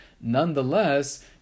Nonetheless